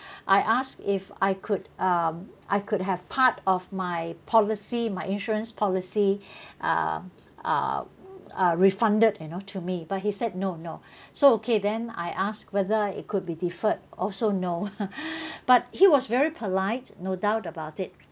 I asked if I could um I could have part of my policy my insurance policy uh uh uh refunded you know to me but he said no no so okay then I asked whether it could be deferred also no but he was very polite no doubt about it